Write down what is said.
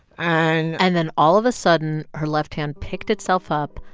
and. and then all of a sudden, her left hand picked itself up,